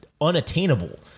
unattainable